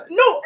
no